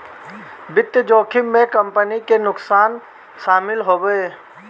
वित्तीय जोखिम में कंपनी के नुकसान शामिल हवे